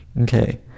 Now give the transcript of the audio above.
Okay